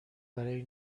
برای